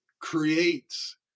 creates